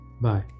bye